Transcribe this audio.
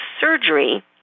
surgery